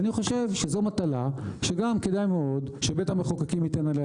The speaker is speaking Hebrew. אני חושב שזאת מטלה שגם כדאי מאוד שבית המחוקקים ייתן עליה